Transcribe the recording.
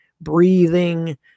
breathing